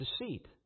deceit